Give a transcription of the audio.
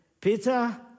Peter